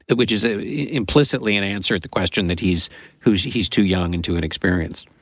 but which is ah implicitly an answer to the question that he's who's he's too young and too inexperienced